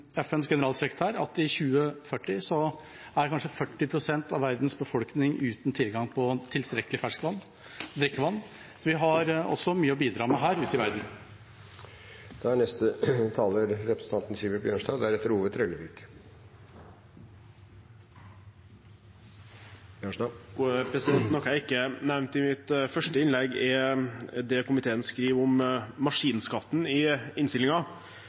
FNs generalsekretær sa at i 2040 er kanskje 40 pst. av verdens befolkning uten tilgang på tilstrekkelig ferskvann, drikkevann. Vi har også mye å bidra med her – ute i verden. Noe jeg ikke nevnte i mitt første innlegg, er det komiteen skriver i innstillingen om maskinskatten. Der er det en flertallsmerknad som sier at regjeringen i